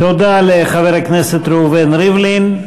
תודה לחבר הכנסת ראובן ריבלין.